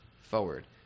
forward